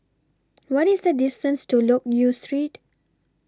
What IS The distance to Loke Yew Street